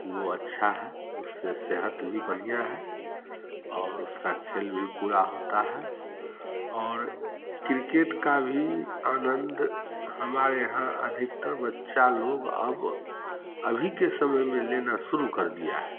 वह अच्छा है उससे सेहत भी बढ़िया है और उसका खेल भी पूरा होता है और क्रिकेट का भी आनंद हमारे यहाँ अधिकतर बच्चा लोग अब अभी के समय में लेना शुरू कर दिया है